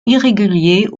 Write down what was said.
irrégulier